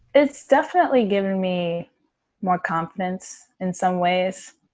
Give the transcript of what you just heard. it's definitely given me more confidence in some ways.